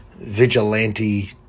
vigilante